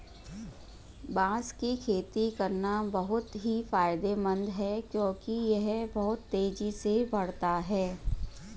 बांस की खेती करना बहुत ही फायदेमंद है क्योंकि यह बहुत तेजी से बढ़ता है